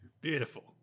Beautiful